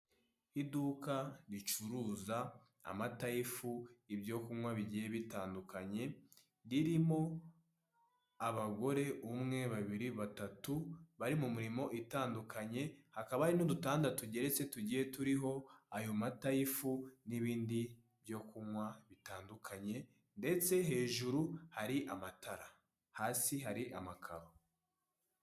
Iduka ricuruza amata y'ifu ibyo kunywa bigiye bitandukanye, ririmo abagore, umwe, babiri, batatu, bari mu mirimo itandukanye, hakaba hari n'udutanda tugeretse tugiye turiho ayo mata y'ifu n'ibindi byo kunywa bitandukanye, ndetse hejuru hari amatara hasi hari amakaro.